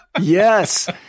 yes